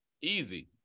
easy